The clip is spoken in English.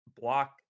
block